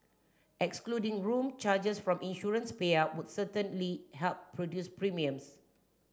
excluding room charges from insurance payout would certainly help reduce premiums